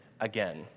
again